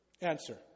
Answer